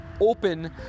open